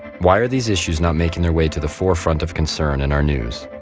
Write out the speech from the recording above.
why are these issues not making their way to the forefront of concern in our news?